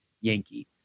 Yankee